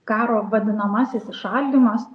karo vadinamasis įšaldymas